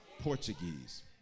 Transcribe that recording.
Portuguese